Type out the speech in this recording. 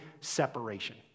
separation